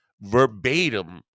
verbatim